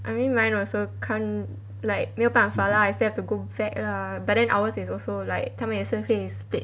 I mean mine also can't like 没有办法 lah I still have to go back lah but then ours is also like 他们也是会 split